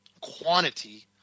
quantity